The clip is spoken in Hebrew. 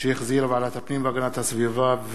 שהחזירה ועדת הפנים והגנת הסביבה,